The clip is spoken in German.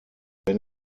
wenn